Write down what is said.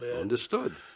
Understood